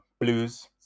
Blues